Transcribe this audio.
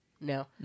No